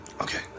Okay